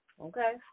Okay